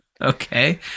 Okay